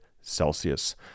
Celsius